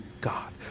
God